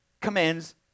commands